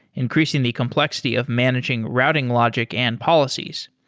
increasing the complexity of managing routing logic and policies.